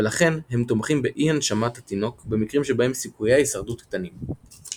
ולכן הם תומכים באי-הנשמת התינוק במקרים שבהם סיכויי ההישרדות קטנים.